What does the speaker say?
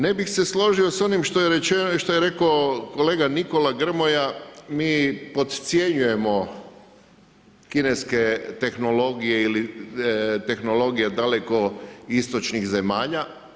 Ne bih se složio s onim što je rekao kolega Nikola Grmoja, mi podcjenjujemo kineske tehnologije ili tehnologije daleko istočnih zemalja.